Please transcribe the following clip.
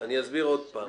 אני אסביר עוד פעם.